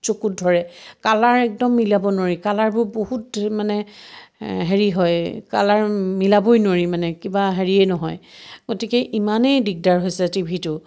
চকুত ধৰে কালাৰ একদম মিলাব নোৱাৰি কালাৰবোৰ বহুত মানে হেৰি হয় কালাৰ মিলাবই নোৱাৰি মানে কিবা হেৰিয়েই নহয় গতিকে ইমানেই দিগদাৰ হৈছে টিভিটো